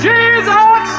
Jesus